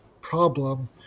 problem